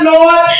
Lord